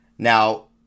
Now